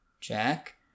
Jack